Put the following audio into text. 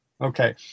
Okay